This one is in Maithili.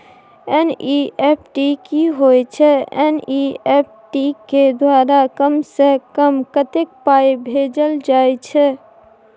एन.ई.एफ.टी की होय छै एन.ई.एफ.टी के द्वारा कम से कम कत्ते पाई भेजल जाय छै?